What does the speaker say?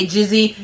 Jizzy